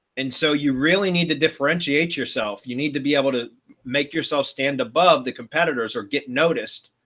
and so you really need to differentiate yourself, you need to be able to make yourself stand above the competitors or get noticed,